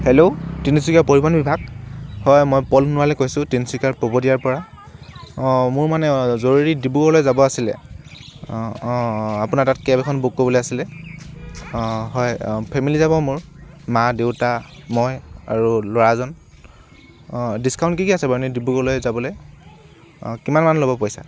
hello তিনিচুকীয়াৰ পৰিবহণ বিভাগ হয় মই পল ভৰালিয়ে কৈছোঁ তিনিচুকীয়াৰ পবদিয়াৰ পৰা অঁ মোৰ মানে জৰুৰী ডিব্ৰুগড়লৈ যাব আছিলে অঁ অঁ আপোনাৰ তাত কেব এখন বুক কৰিবলৈ আছিলে অঁ হয় ফেমিলি যাব মোৰ মা দেউতা মই আৰু ল'ৰাজন অঁ ডিছকাউণ্ট কি কি আছে বাৰু এনে ডিব্ৰুগড়লৈ যাবলৈ অঁ কিমান মান ল'ব পইচা